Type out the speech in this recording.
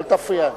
אל תפריע.